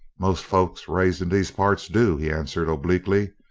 most folks raised in these parts do, he answered obliquely.